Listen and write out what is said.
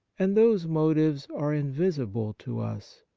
and those motives are invisible to us.